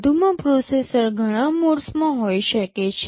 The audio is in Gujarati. વધુમાં પ્રોસેસર ઘણા મોડ્સમાં હોઈ શકે છે